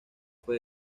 fue